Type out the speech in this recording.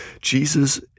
Jesus